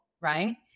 right